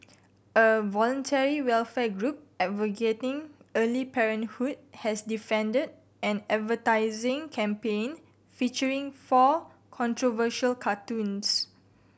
a voluntary welfare group advocating early parenthood has defended an advertising campaign featuring four controversial cartoons